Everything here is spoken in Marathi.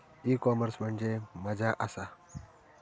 ई कॉमर्स म्हणजे मझ्या आसा?